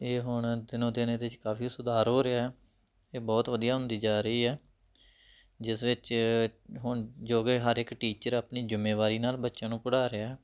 ਇਹ ਹੁਣ ਦਿਨੋਂ ਦਿਨ ਇਹਦੇ 'ਚ ਕਾਫ਼ੀ ਸੁਧਾਰ ਹੋ ਰਿਹਾ ਇਹ ਬਹੁਤ ਵਧੀਆ ਹੁੰਦੀ ਜਾ ਰਹੀ ਹੈ ਜਿਸ ਵਿੱਚ ਹੁਣ ਜੋ ਕਿ ਹਰ ਇੱਕ ਟੀਚਰ ਆਪਣੀ ਜ਼ਿੰਮੇਵਾਰੀ ਨਾਲ ਬੱਚਿਆਂ ਨੂੰ ਪੜ੍ਹਾ ਰਿਹਾ